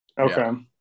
Okay